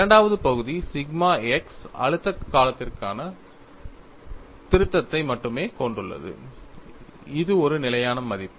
இரண்டாவது பகுதி sigma x அழுத்த காலத்திற்கான திருத்தத்தை மட்டுமே கொண்டுள்ளது இது ஒரு நிலையான மதிப்பு